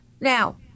now